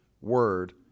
word